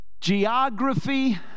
geography